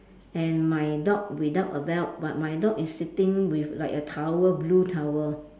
and my dog without a belt but my dog is sitting with like a towel blue towel